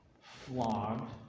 flogged